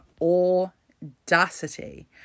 audacity